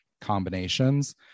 combinations